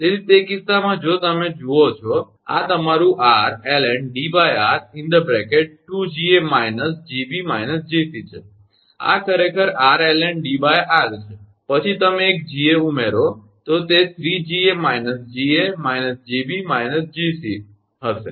તેથી તે કિસ્સામાં જો તમે જુઓ કે આ તમારું 𝑟ln𝐷𝑟2𝐺𝑎 − 𝐺𝑏 − 𝐺𝑐 છે જે આ ખરેખર 𝑟ln𝐷𝑟 છે અને પછી તમે એક 𝐺𝑎 ઉમેરો તો તે 3𝐺𝑎 − 𝐺𝑎 − 𝐺𝑏 − 𝐺𝑐 હશે